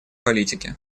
политике